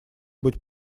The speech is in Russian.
быть